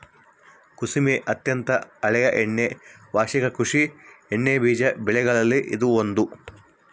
ಕುಸುಮೆ ಅತ್ಯಂತ ಹಳೆಯ ಎಣ್ಣೆ ವಾರ್ಷಿಕ ಕೃಷಿ ಎಣ್ಣೆಬೀಜ ಬೆಗಳಲ್ಲಿ ಇದು ಒಂದು